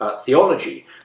theology